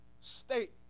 state